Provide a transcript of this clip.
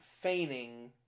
Feigning